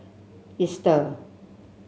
Easter